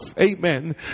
amen